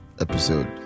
episode